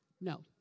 No